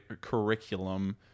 curriculum